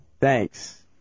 Thanks